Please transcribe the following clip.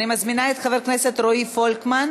אני מזמינה את חבר הכנסת רועי פולקמן.